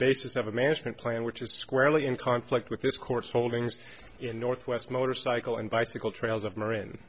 basis of a management plan which is squarely in conflict with this court's holdings in northwest motorcycle and bicycle trails of marine